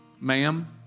Ma'am